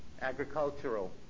agricultural